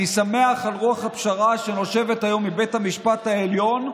אני שמח על רוח הפשרה שנושבת היום מבית המשפט העליון,